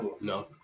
No